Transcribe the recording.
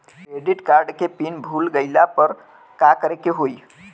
Credit card के pin भूल गईला पर का करे के होई?